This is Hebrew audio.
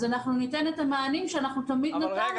אז אנחנו ניתן את המענים שאנחנו תמיד נתנו.